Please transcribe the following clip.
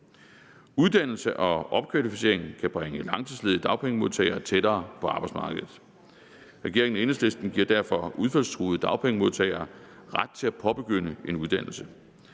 Uddannelse og opkvalificering kan bringe langtidsledige dagpengemodtagere tættere på arbejdsmarkedet. Regeringen og Enhedslisten giver derfor udfaldstruede dagpengemodtagere ret til at påbegynde en uddannelse.